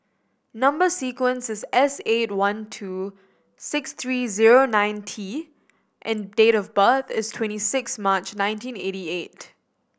number sequence is S eight one two six three zero nine T and date of birth is twenty six March nineteen eighty eight